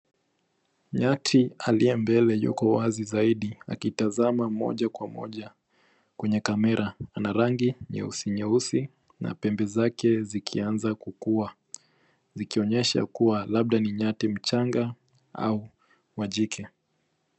Nyati aliye mbele yuko wazi zaidi akitazama moja kwa moja kwenye kamera. Ana rangi nyeusi nyeusi na pembe zake zikianza kukua zikionyesha kuwa labda ni nyati mchanga au wa jike.